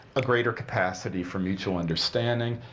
a greater capacity for mutual understanding,